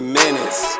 minutes